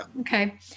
Okay